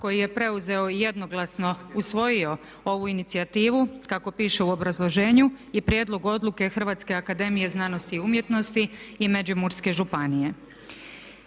koji je preuzeo i jednoglasno usvojio ovu inicijativu kako piše u obrazloženju prijedlog Odluke Hrvatske akademije znanosti i umjetnosti i Međimurske županije.